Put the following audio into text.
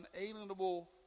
unalienable